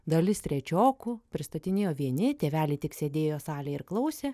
dalis trečiokų pristatinėjo vieni tėveliai tik sėdėjo salėj ir klausė